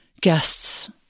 guests